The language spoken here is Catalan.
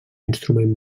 instrument